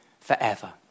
forever